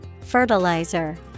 Fertilizer